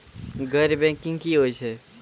गैर बैंकिंग की होय छै?